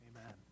Amen